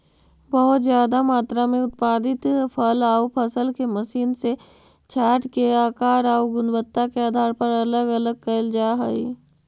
बहुत ज्यादा मात्रा में उत्पादित फल आउ फसल के मशीन से छाँटके आकार आउ गुणवत्ता के आधार पर अलग अलग कैल जा हई